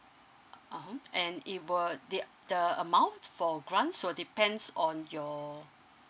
uh and it will uh the amount for grant so depends on your